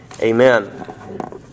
Amen